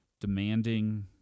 demanding